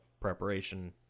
preparation